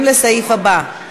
לסעיף הבא: